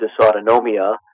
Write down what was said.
dysautonomia